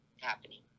happening